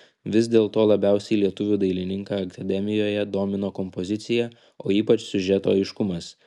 vis dėlto labiausiai lietuvį dailininką akademijoje domino kompozicija o ypač siužeto aiškumas